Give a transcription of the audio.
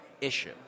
issue